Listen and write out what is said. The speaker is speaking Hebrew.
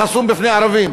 חסום בפני ערבים,